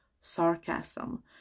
sarcasm